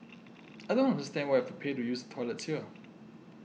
I don't understand why we have to pay to use the toilets here